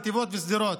נתיבות ושדרות.